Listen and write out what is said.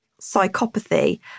psychopathy